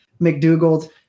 McDougald